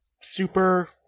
super